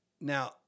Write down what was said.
Now